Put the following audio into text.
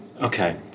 okay